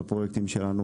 בפרויקטים שלנו,